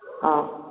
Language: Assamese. অ'